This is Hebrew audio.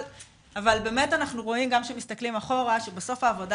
אבל גם כשמסתכלים אחורה אנחנו רואים שבסוף העבודה